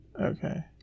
Okay